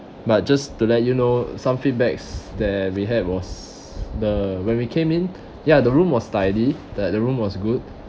but just to let you know some feedbacks that we had was the when we came in ya the room was tidy that the room was good